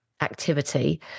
activity